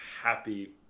happy